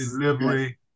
delivery